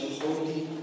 holy